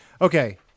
Okay